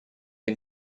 più